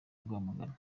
rwamagana